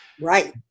Right